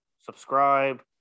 subscribe